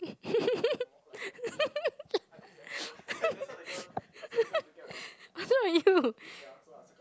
what's wrong with you